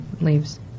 leaves